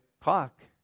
clock